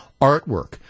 Artwork